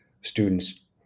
students